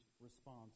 response